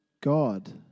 God